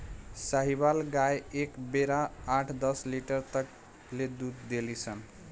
साहीवाल गाय एक बेरा आठ दस लीटर तक ले दूध देली सन